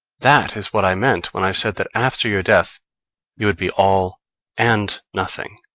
that is what i meant when i said that after your death you would be all and nothing.